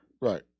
Right